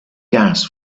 gas